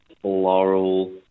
floral